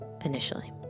initially